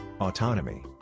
Autonomy